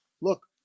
look